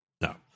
no